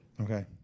Okay